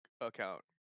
account